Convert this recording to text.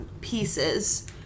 pieces